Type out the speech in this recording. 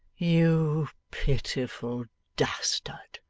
you pitiful dastard